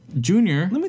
Junior